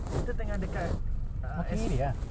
kita tengah dekat err S way ah